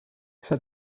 said